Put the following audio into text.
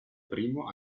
primo